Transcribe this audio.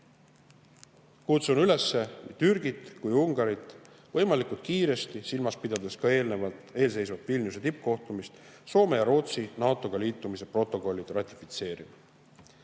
Kutsun üles nii Türgit kui ka Ungarit võimalikult kiiresti, silmas pidades ka eelseisvat Vilniuse tippkohtumist, Soome ja Rootsi NATO‑ga liitumise protokollid ratifitseerima.